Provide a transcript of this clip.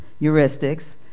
heuristics